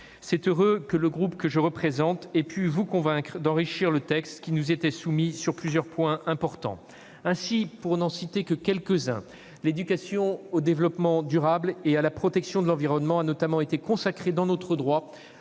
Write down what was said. C'est heureux que le groupe que je représente ait pu vous convaincre d'enrichir le texte qui nous était soumis sur plusieurs points importants. À titre d'exemples, pour n'en donner que quelques-uns, l'éducation au développement durable et à la protection de l'environnement a notamment été consacrée dans notre droit,